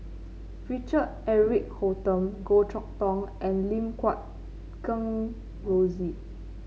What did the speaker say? Richard Eric Holttum Goh Chok Tong and Lim Guat Kheng Rosie